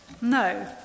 No